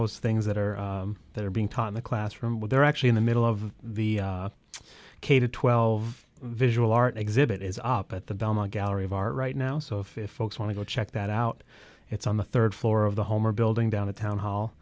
those things that are that are being taught in the classroom when they're actually in the middle of the k to twelve visual art exhibit is up at the belmont gallery of art right now so if folks want to go check that out it's on the rd floor of the home or building down the town hall